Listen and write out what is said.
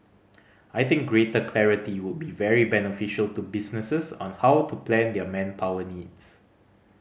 I think greater clarity would be very beneficial to businesses on how to plan their manpower needs